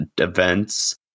events